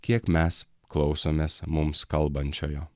kiek mes klausomės mums kalbančiojo